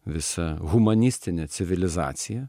visa humanistinė civilizacija